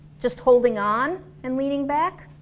just holding on and leaning back